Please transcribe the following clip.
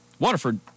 Waterford